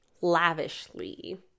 lavishly